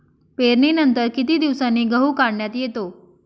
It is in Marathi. पेरणीनंतर किती दिवसांनी गहू काढण्यात येतो?